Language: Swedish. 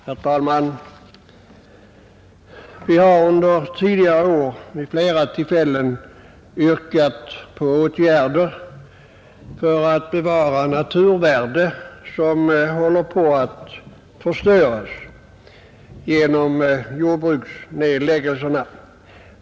Herr talman! Vi har under tidigare år vid flera tillfällen yrkat på åtgärder för att bevara naturvärden som håller på att förstöras genom jordbruksnedläggelserna.